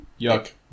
yuck